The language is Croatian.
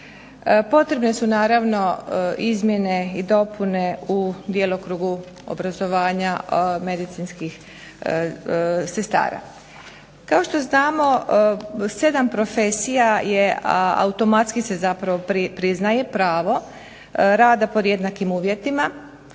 Potrebne su naravno izmjene i dopune u djelokrugu obrazovanja medicinskih sestara. Kao što znamo 7 profesija je automatski se zapravo priznaje, pravo rada pod jednakim uvjetima.